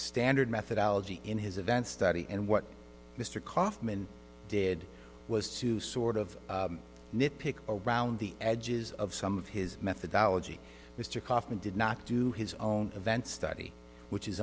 standard methodology in his advanced study and what mr kaufman did was to sort of nit pick around the edges of some of his methodology mr kaufman did not do his own event study which is